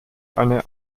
eine